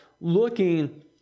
looking